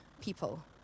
people